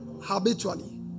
habitually